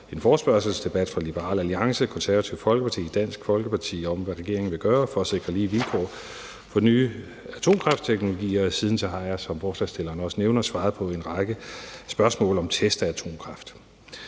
en forespørgsel stillet af Liberal Alliance, Konservative og Dansk Folkeparti om, hvad regeringen vil gøre for at sikre lige vilkår for nye atomkraftteknologier, og siden har jeg, som ordføreren for forslagsstillerne også nævner, svaret på en række spørgsmål om test af atomkraft.